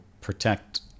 protect